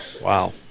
Wow